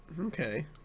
okay